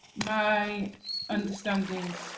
my understandings